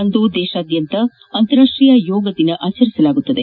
ಅಂದು ದೇಶಾದ್ಯಂತ ಅಂತಾರಾಷ್ಟೀಯ ಯೋಗ ದಿನ ಆಚರಿಸಲಾಗುತ್ತಿದೆ